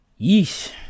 Yeesh